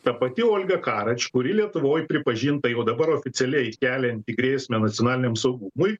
ta pati olga karač kuri lietuvoj pripažinta jau dabar oficialiai kelianti grėsmę nacionaliniam saugumui